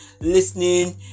listening